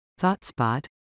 ThoughtSpot